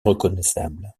reconnaissable